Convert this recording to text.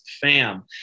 fam